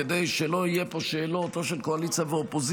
כדי שלא יהיו פה שאלות לא של קואליציה ואופוזיציה,